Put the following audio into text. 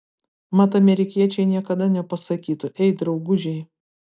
mat amerikiečiai niekada nepasakytų ei draugužiai